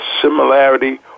similarity